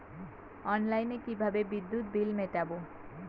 অনলাইনে কিভাবে বিদ্যুৎ বিল মেটাবো?